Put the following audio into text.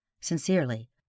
Sincerely